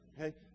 okay